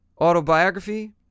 autobiography